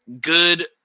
good